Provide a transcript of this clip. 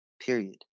period